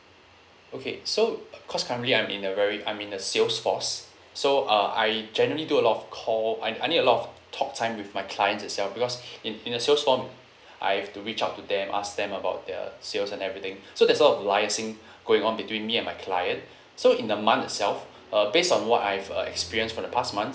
okay so cause currently I'm in a very I'm in the sales force so uh I generally do a lot of call I I need a lot talk time with my clients itself because in in a sales force I have to reach out to them ask them about the sales and everything so that sort of liaising going on between me and my client so in the month itself uh based on what I've uh experience for the past month